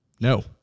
No